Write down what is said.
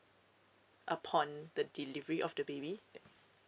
upon the delivery of the baby